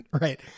right